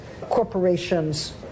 corporations